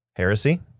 heresy